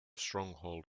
stronghold